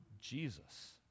Jesus